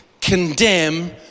condemn